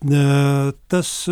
ne tas